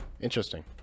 interesting